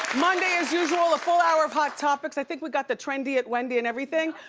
monday as usual a full hour of hot topics. i think we got the trendy at wendy and everything?